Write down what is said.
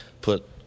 put